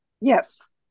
Yes